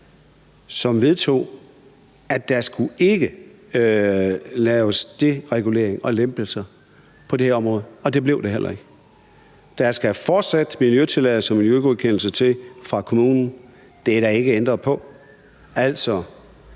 som vedtog, at der ikke skulle laves deregulering og lempelser på det her område, og det blev der heller ikke. Der skal fortsat miljøtilladelser og miljøgodkendelser til fra kommunen. Det er der ikke ændret på.